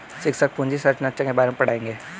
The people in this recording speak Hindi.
शिक्षक पूंजी संरचना के बारे में पढ़ाएंगे